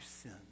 sin